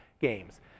games